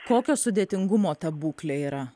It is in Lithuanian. kokio sudėtingumo ta būklė yra